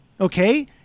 okay